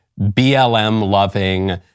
BLM-loving